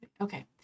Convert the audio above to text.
okay